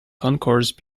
concourse